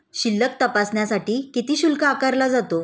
शिल्लक तपासण्यासाठी किती शुल्क आकारला जातो?